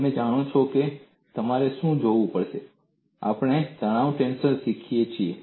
તમે જાણો છો તમારે શું જોવું પડશે આપણે તણાવ ટેન્સર શીખ્યા છીએ